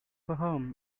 home